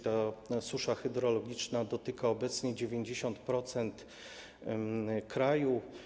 Ta susza hydrologiczna dotyka obecnie 90% kraju.